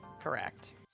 correct